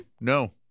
no